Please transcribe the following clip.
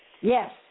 Yes